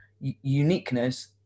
uniqueness